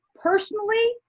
personally,